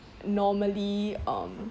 normally um